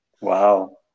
Wow